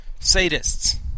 sadists